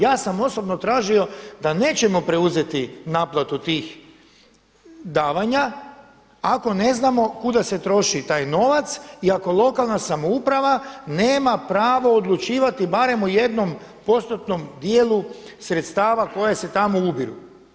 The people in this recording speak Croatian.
Ja sam osobno tražio da nećemo preuzeti naplatu tih davanja ako ne znamo kuda se troši taj novac i ako lokalna samouprava nema pravo odlučivati barem o jednom postotnom djelu sredstava koja se tamo ubiru.